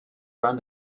around